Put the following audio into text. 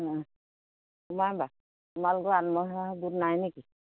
অঁ তোমাৰ বা তোমালোকৰ আত্মসহায়ক গোট নাই নেকি